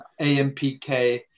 AMPK